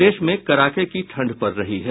प्रदेश में कड़ाके की ठंड पड़ रही है